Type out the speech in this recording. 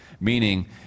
Meaning